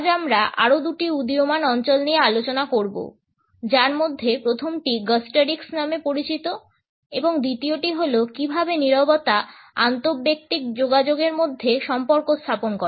আজ আমরা আরও দুটি উদীয়মান অঞ্চল নিয়ে আলোচনা করব যার মধ্যে প্রথমটি গ্যস্টরিক্স নামে পরিচিত এবং দ্বিতীয়টি হল কীভাবে নীরবতা আন্তঃব্যক্তিক যোগাযোগের মধ্যে সম্পর্ক স্থাপন করে